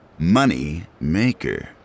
Moneymaker